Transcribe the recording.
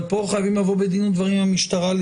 אבל פה חייבים לבוא בדין ודברים עם המשטרה.